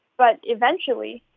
but eventually.